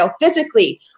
physically